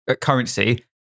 currency